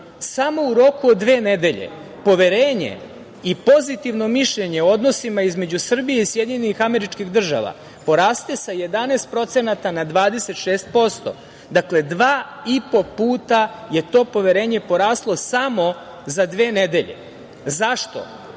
samo u roku od dve nedelje poverenje i pozitivno mišljenje o odnosima između Srbije i SAD poraste sa 11% na 26%. Dakle, dva i po puta je to poverenje poraslo samo za dve nedelje. Zašto?